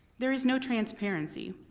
there is no transparency.